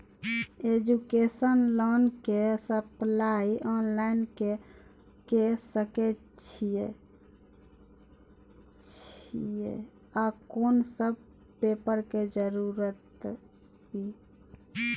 Education loan के apply online के सके छिए आ कोन सब पेपर के जरूरत इ?